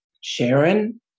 Sharon